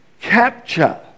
capture